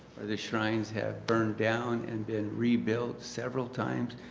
the shrines have burned down and been rebuilt several times.